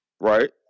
right